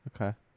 Okay